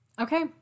Okay